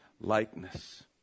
likeness